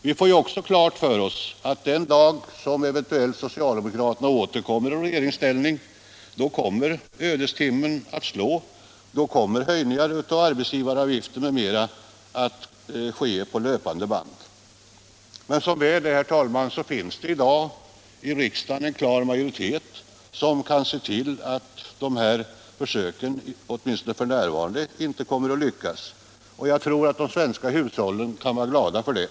Vi får också klart för oss att den dag då socialdemokraterna eventuellt återkommer i regeringsställning slår ödestimmen — då kommer höjningar av arbetsgivaravgiften m.m. att ske på löpande band. Som väl är finns det emellertid i dag i riksdagen en klar majoritet som kan se till att de försöken åtminstone f. n. inte kommer att lyckas. Jag tror att de svenska hushållen kan vara glada för det.